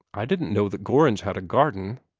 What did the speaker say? i didn't know that gorringe had a garden,